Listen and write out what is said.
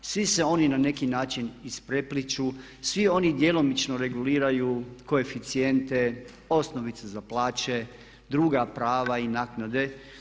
Svi se oni na neki način isprepliću, svi oni djelomično reguliraju koeficijente, osnovice za plaće, druga prava i naknade.